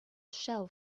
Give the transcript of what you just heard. shell